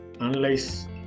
analyze